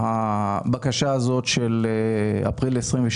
הבקשה הזאת של אפריל 2022,